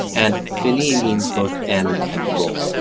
and finis means both end and goal.